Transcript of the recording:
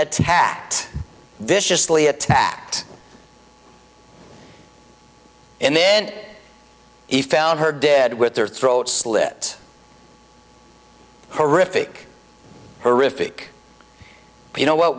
attacked viciously attacked and then he found her dead with their throats slit horrific horrific you know